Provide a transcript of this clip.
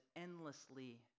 endlessly